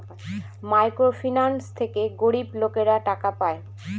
micro finance থেকে গরিব লোকেরা টাকা পায়